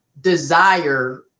desire